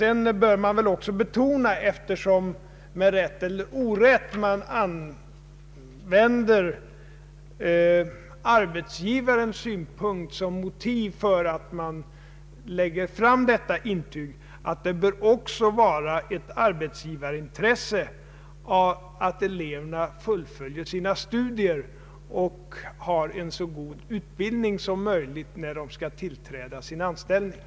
Eftersom man med rätt eller orätt använder arbetsgivarens synpunkter såsom motiv för att lägga fram detta intyg, vill jag också betona att det även bör vara ett arbetsgivarintresse att eleverna fullföljer sina studier och har en så god utbildning som möjligt när de skall tillträda sina anställningar.